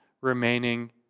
remaining